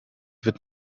wird